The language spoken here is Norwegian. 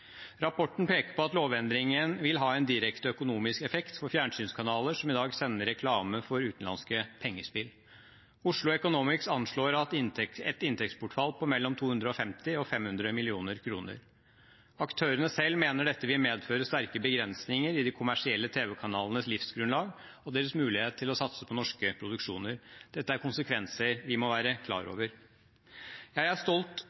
Rapporten peker på at lovendringen vil ha en direkte økonomisk effekt for fjernsynskanaler som i dag sender reklame for utenlandske pengespill. Oslo Economics anslår et inntektsbortfall på mellom 250 og 500 mill. kr. Aktørene selv mener dette vil medføre sterke begrensninger i de kommersielle TV-kanalenes livsgrunnlag og deres mulighet for å satse på norske produksjoner. Dette er konsekvenser vi må være klar over. Jeg er stolt